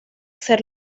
ser